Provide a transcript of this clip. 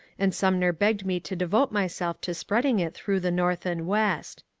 and sumner begged me to devote myself to spreading it through the north and west.